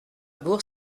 bourg